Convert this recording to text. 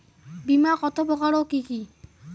বীমা কত প্রকার ও কি কি?